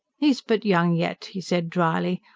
he's but young yet, he said drily.